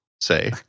say